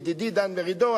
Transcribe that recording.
ידידי דן מרידור,